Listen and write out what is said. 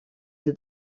для